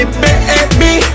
baby